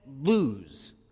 lose